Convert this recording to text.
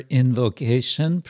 invocation